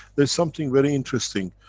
there is something very interesting.